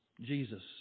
Jesus